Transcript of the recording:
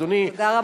אדוני,